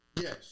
Yes